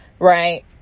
right